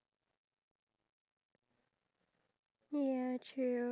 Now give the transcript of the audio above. do you think society should actually educate both